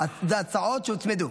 אלה הצעות שהוצמדו.